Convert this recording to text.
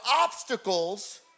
obstacles